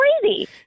crazy